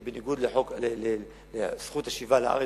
שהיא בניגוד לזכות השיבה לארץ.